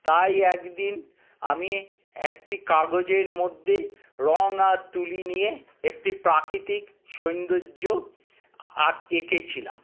তাই একদিন আমি একটি কাগজের মধ্যে রং আর তুলি নিয়ে একটি প্রাকৃতিক সৌন্দর্য এঁকেছিলাম